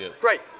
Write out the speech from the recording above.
great